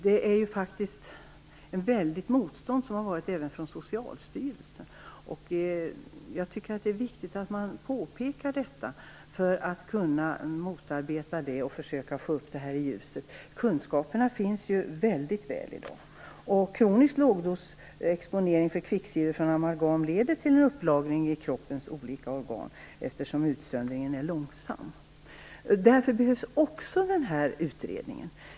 Det har varit ett väldigt motstånd även från Socialstyrelsen. Jag tycker att det är viktigt att man påpekar detta för att kunna motarbeta det och försöka få upp denna fråga i ljuset. Kunskaperna finns ju i dag. Kronisk lågdosexponering för kvicksilver från amalgam leder till en upplagring i kroppens olika organ eftersom utsöndringen är långsam. Också därför behövs den här utredningen.